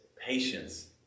Patience